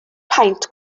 paent